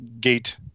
gate